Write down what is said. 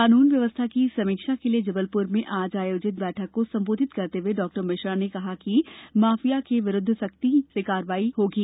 कानून व्यवस्था की समीक्षा के लिये जबलपुर में आयोजित बैठक को संबोधित करते हुये डॉ मिश्र ने कहा कि माफिया के विरुद्व सख्ती लगातार बढ़ानी होगी